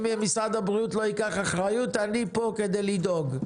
משרד הבריאות לא ייקח אחריות, אני פה כדי לדאוג.